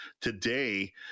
today